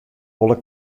wol